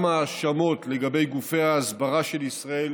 גם ההאשמות לגבי גופי ההסברה של ישראל,